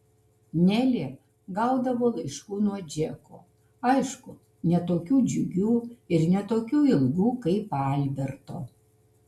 nelė gaudavo laiškų nuo džeko aišku ne tokių džiugių ir ne tokių ilgų kaip alberto